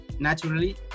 naturally